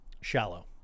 Shallow